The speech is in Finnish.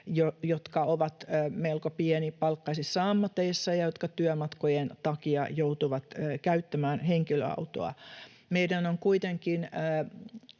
jotka ovat melko pienipalkkaisissa ammateissa ja jotka työmatkojen takia joutuvat käyttämään henkilöautoa. Meidän on kuitenkin